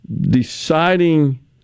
deciding